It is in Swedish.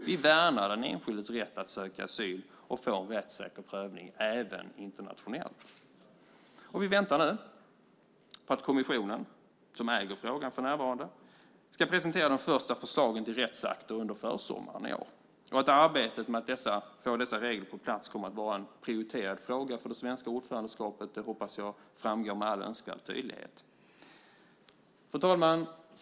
Vi värnar den enskildes rätt att söka asyl och få en rättssäker prövning även internationellt. Vi väntar nu på att kommissionen, som äger frågan för närvarande, ska presentera de första förslagen till rättsakter under försommaren i år. Att arbetet med att få dessa regler på plats kommer att vara en prioriterad fråga för det svenska ordförandeskapet hoppas jag framgår med all önskvärd tydlighet. Fru talman!